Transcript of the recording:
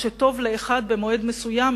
מה שטוב לאחד במועד מסוים,